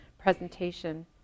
presentation